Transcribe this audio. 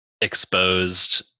exposed